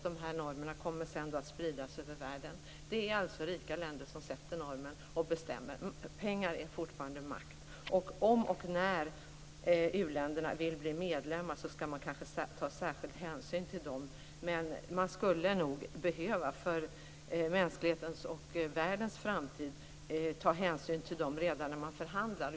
Dessa normer kommer sedan att spridas över världen. Det är alltså rika länder som sätter normerna och bestämmer. Pengar är fortfarande makt. Om och när u-länderna vill bli medlemmar skall man kanske ta särskild hänsyn till dem, men för mänsklighetens och världens framtid skulle man nog behöva ta hänsyn till dem redan när man förhandlar.